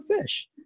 fish